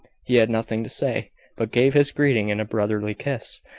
he had nothing to say but gave his greeting in a brotherly kiss,